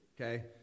okay